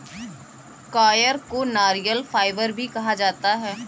coir को नारियल fibre भी कहा जाता है